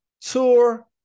tour